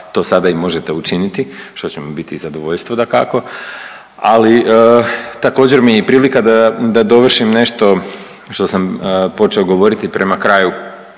to sada i možete učiniti što će mi biti i zadovoljstvo dakako, ali također mi je i prilika da dovršim nešto što sam počeo govoriti prema kraju